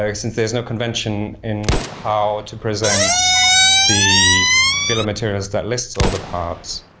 ah since there's no convention in how to present the bill of materials that lists all the parts.